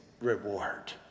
reward